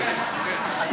כן, מסכים.